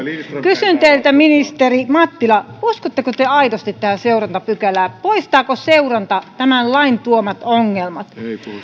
kysyn teiltä ministeri mattila uskotteko te aidosti tähän seurantapykälään poistaako seuranta tämän lain tuomat ongelmat